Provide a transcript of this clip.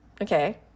okay